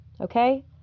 okay